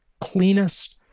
cleanest